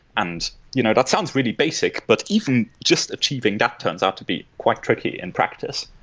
and you know that sounds really basic, but even just achieving that turns out to be quite tricky in practice.